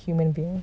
human being